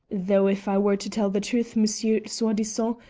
though if i were to tell the truth, monsieur soi-disant,